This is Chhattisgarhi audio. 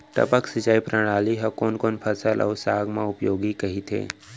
टपक सिंचाई प्रणाली ह कोन कोन फसल अऊ साग म उपयोगी कहिथे?